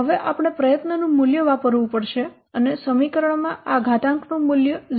હવે આપણે પ્રયત્ન નું મૂલ્ય વાપરવું પડશે અને સમીકરણમાં આ ઘાતાંકનું મૂલ્ય 0